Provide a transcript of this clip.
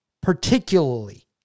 particularly